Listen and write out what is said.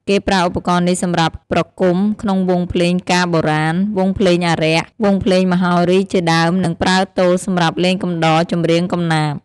គេប្រើឧបករណ៍នេះសម្រាប់ប្រគំ ក្នុងវង់ភ្លេងការបុរាណ វង់ភ្លេងអារក្ស វង់ភ្លេងមហោរីជាដើម និងប្រើទោលសម្រាប់លេងកំដរចម្រៀងកំណាព្យ។